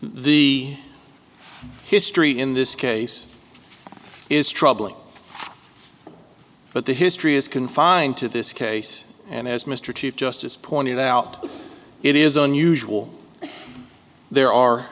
the history in this case is troubling but the history is confined to this case and as mr chief justice pointed out it is unusual there are